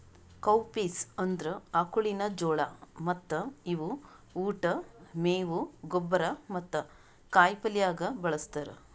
cowpeas ಅಂದುರ್ ಆಕುಳಿನ ಜೋಳ ಮತ್ತ ಇವು ಉಟ್, ಮೇವು, ಗೊಬ್ಬರ ಮತ್ತ ಕಾಯಿ ಪಲ್ಯ ಆಗ ಬಳ್ಸತಾರ್